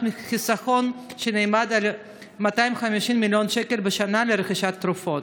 חיסכון שנאמד ב-250 מיליון שקל בשנה לרכישת תרופות.